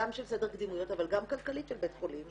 גם של סדר קדימויות אבל גם כלכלית של בית החולים,